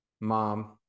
mom